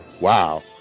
Wow